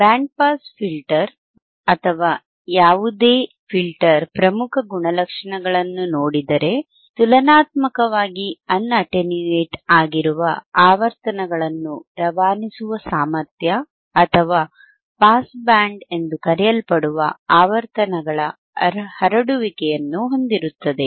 band pass filter ಅಥವಾ ಯಾವುದೇ ಫಿಲ್ಟರ್ನ ಪ್ರಮುಖ ಗುಣಲಕ್ಷಣಗಳನ್ನು ನೋಡಿದರೆ ತುಲನಾತ್ಮಕವಾಗಿ ಅನ್ ಅಟೆನ್ಯೂಯೇಟ್ ಆಗಿರುವ ಆವರ್ತನಗಳನ್ನು ರವಾನಿಸುವ ಸಾಮರ್ಥ್ಯ ಅಥವಾ ಪಾಸ್ ಬ್ಯಾಂಡ್ ಎಂದು ಕರೆಯಲ್ಪಡುವ ಆವರ್ತನಗಳ ಹರಡುವಿಕೆಯನ್ನು ಹೊಂದಿರುತ್ತದೆ